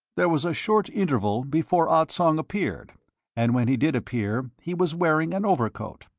there was a short interval before ah tsong appeared and when he did appear he was wearing an overcoat.